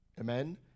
amen